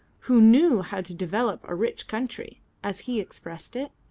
who knew how to develop a rich country, as he expressed it.